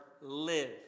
live